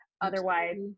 Otherwise